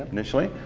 initially.